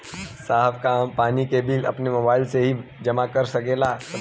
साहब का हम पानी के बिल अपने मोबाइल से ही जमा कर सकेला?